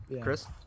Chris